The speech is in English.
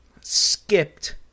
skipped